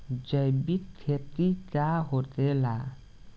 जैविक खेती का होखेला?